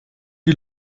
die